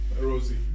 Rosie